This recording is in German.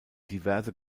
diverse